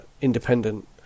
independent